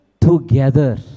together